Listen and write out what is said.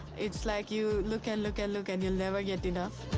it's like you look and look and look, and you'll never get enough.